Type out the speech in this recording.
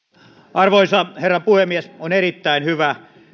arvoisa herra puhemies on erittäin hyvä